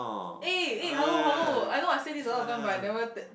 eh eh hello hello I know I said this a lot of time but I never t~